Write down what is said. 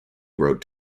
road